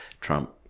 trump